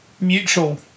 mutual